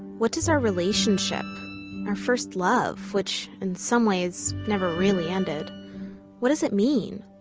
what does our relationship our first love, which, in some ways, never really ended what does it mean?